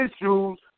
issues